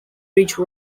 bridge